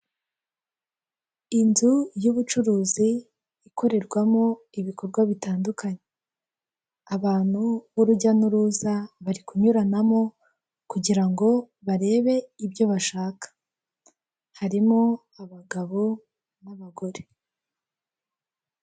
Inzu y'ubucuruzi ikorerwamo ibikorwa bitandukanye abantu b'urujya n'uruza bari kunyuranamo kugira ngo barebe ibyo bashaka, harimo abagabo n'abagore.